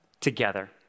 together